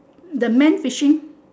the man fishing